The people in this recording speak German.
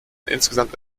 insgesamt